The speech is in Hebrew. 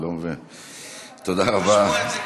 תודה רבה.